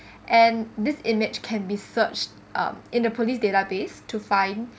and this image can be searched um in the police database to find